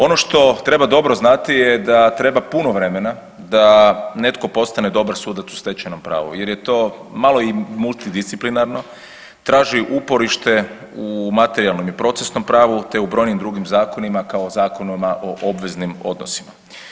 Ono što treba dobro znati je da treba puno vremena da netko postane dobar sudac u stečajnom pravu, jer je to malo multidisciplinarno, traži uporište u materijalnom i procesnom pravu, te u brojnim drugim zakonima kao Zakonima o obveznim odnosima.